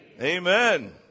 Amen